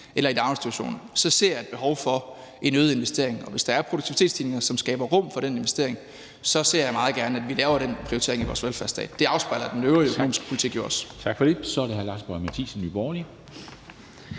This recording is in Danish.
eller i daginstitutionerne, ser jeg et behov for en øget investering, og hvis det er produktivitetsstigninger, som skaber rum for den investering, så ser jeg meget gerne, at vi laver den prioritering i vores velfærdsstat. Det afspejler den øvrige økonomiske politik jo